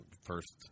first